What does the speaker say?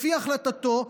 לפי החלטתו,